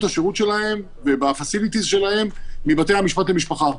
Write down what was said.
השירות שלהם וב-facilities שלהם מבתי המשפט למשפחה.